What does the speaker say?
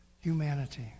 humanity